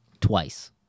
twice